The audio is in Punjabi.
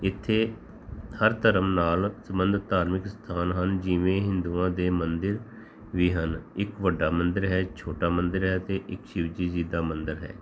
ਇੱਥੇ ਹਰ ਧਰਮ ਨਾਲ ਸੰਬੰਧਿਤ ਧਾਰਮਿਕ ਸਥਾਨ ਹਨ ਜਿਵੇਂ ਹਿੰਦੂਆਂ ਦੇ ਮੰਦਰ ਵੀ ਹਨ ਇੱਕ ਵੱਡਾ ਮੰਦਰ ਹੈ ਛੋਟਾ ਮੰਦਰ ਹੈ ਅਤੇ ਇੱਕ ਸ਼ਿਵਜੀ ਜੀ ਦਾ ਮੰਦਰ ਹੈ